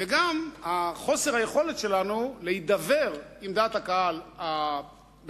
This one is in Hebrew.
וגם חוסר היכולת שלנו להידבר עם דעת הקהל הבין-לאומית